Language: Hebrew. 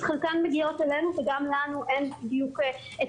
אז חלקן מגיעות אלינו וגם לנו אין בדיוק את